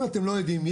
אם אתם לא יודעים,